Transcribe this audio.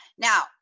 Now